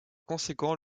conséquent